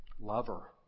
lover